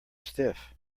stiff